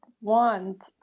want